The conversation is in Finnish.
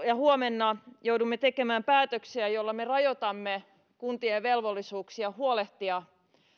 ja huomenna joudumme tekemään päätöksiä joilla me rajoitamme kuntien velvollisuuksia huolehtia